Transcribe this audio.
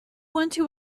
unto